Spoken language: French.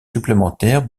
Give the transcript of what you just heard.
supplémentaires